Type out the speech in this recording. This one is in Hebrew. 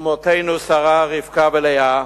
אמותינו שרה, רבקה ולאה,